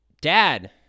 Dad